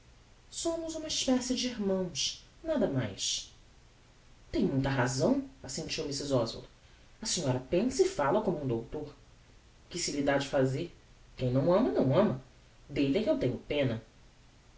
somos uma especie de irmãos nada mais tem muita razão assentiu mrs oswald a senhora pensa e fala como um doutor que se lhe ha de fazer quem não ama não ama delle é que eu tenho pena